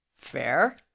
fair